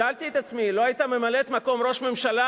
שאלתי את עצמי: היא לא היתה ממלאת-מקום ראש ממשלה